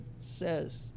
says